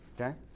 Okay